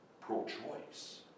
pro-choice